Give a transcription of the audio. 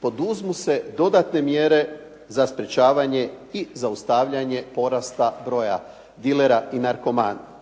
poduzmu se dodatne mjere za sprečavanje i zaustavljanje porasta broja dilera i narkomana.